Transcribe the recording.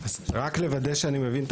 רק לוודא שאני מבין את